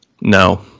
no